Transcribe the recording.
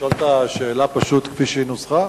לשאול את השאלה פשוט כפי שהיא נוסחה?